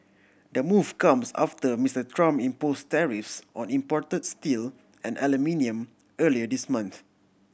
the move comes after Mister Trump impose tariffs on imported steel and aluminium earlier this month